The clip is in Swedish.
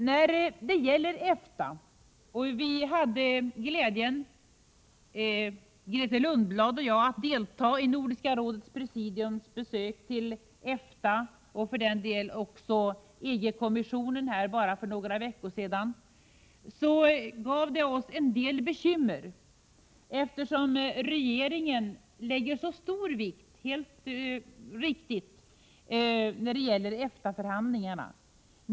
1987/88:114 Grethe Lundblad och jag hade för några veckor sedan glädjen att delta i 4 maj 1988 Nordiska rådets presidiums besök vid EFTA och även EG-kommissionen. Vi upplevde en del bekymmer, eftersom regeringen lägger så stor vikt — helt vr riktigt — vid EFTA-förhandlingarna.